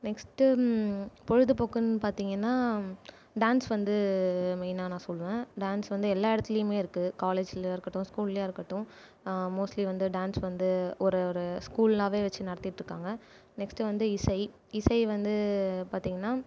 next பொழுதுபோக்குன்னு பார்த்திங்கன்னா dance வந்து மெயினாக நான் சொல்லுவேன் டான்ஸ் வந்து எல்லா இடத்துலையுமே இருக்கு காலேஜ்லயாக இருக்கட்டும் ஸ்கூல்லயாக இருக்கட்டும் மோஸ்ட்லி வந்து டான்ஸ் வந்து ஒரு ஒரு ஸ்கூல்லாகவே வச்சு நடத்திட்டுருக்காங்க நெக்ஸ்ட்டு வந்து இசை இசை வந்து பார்த்திங்கன்னா